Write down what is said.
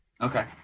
Okay